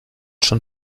schon